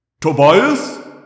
Tobias